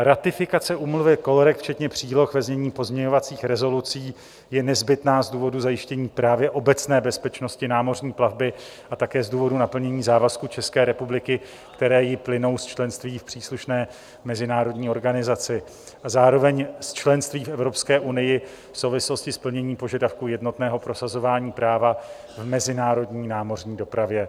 Ratifikace úmluvy COLREG včetně příloh, ve znění pozměňovacích rezolucí, je nezbytná z důvodu zajištění právě obecné bezpečnosti námořní plavby a také z důvodu naplnění závazků České republiky, které jí plynou z členství v příslušné mezinárodní organizaci a zároveň z členství v Evropské unii v souvislosti s plněním požadavků jednotného prosazování práva v mezinárodní námořní dopravě.